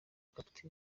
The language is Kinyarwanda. capt